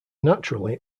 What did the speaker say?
naturally